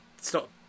stop